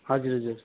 हजुर हजुर